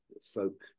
folk